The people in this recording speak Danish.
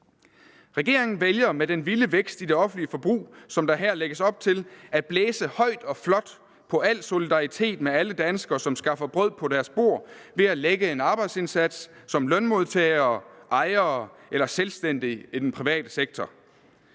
Regeringen vælger med den vilde vækst i det offentlige forbrug, som der her lægges op til, at blæse højt og flot på al solidaritet med alle danskere, som skaffer brød på deres bord ved at lægge en arbejdsindsats som lønmodtagere, ejere eller selvstændige i den private sektor.